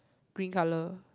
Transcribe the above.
green colour